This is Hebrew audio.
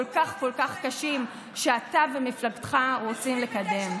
כך כל כך קשים שאתה ומפלגתך רוצים לקדם.